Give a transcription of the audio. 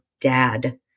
dad